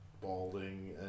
balding